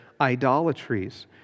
idolatries